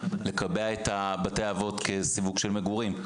לקבע את בתי האבות כסיווג של מגורים.